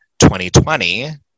2020